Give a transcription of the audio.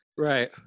Right